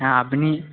হ্যাঁ আপনি